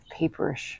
paperish